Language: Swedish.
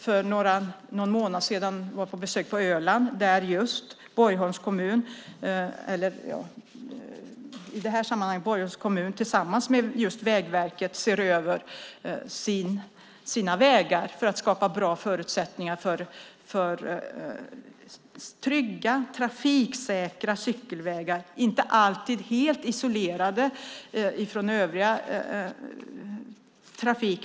För någon månad sedan var jag på besök på Öland där, i det här sammanhanget, Borgholms kommun tillsammans med Vägverket ser över sina vägar för att skapa bra förutsättningar för trygga och trafiksäkra cykelvägar, inte alltid helt isolerade från övrig trafik.